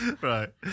Right